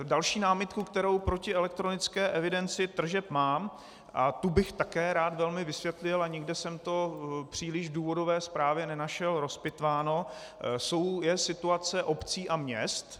Další námitku, kterou proti pro elektronické evidenci tržeb mám, a tu bych také velmi rád velmi vysvětlil a nikde jsem to příliš v důvodové zprávě nenašel rozpitváno, je situace obcí a měst.